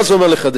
מה זה אומר לחדש?